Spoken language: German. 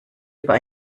über